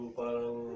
parang